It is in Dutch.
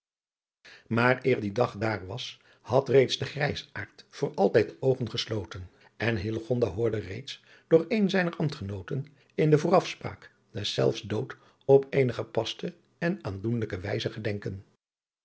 maar eer die dag daar was had reeds de grijsaard voor altijd de oogen gesloten en hillegonda hoorde reeds door eenen zijner ambtgenooten in de voorafspraak deszelfs dood op eene gepaste en aandoenlijke wijze gedenken